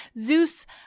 Zeus